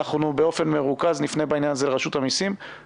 אנחנו נפנה בעניין הזה לרשות המיסים באופן מרוכז.